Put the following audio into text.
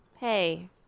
Hey